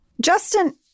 Justin